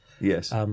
yes